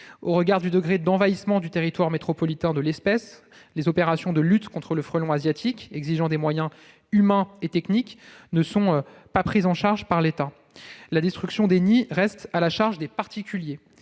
Au regard du degré d'envahissement du territoire métropolitain par l'espèce, les opérations de lutte contre le frelon asiatique, qui exigent des moyens humains et techniques, ne sont pas prises en charge par l'État. La destruction des nids reste à la charge des particuliers